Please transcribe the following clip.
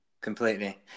completely